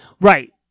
Right